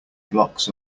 blocks